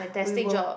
we were